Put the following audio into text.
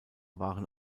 waren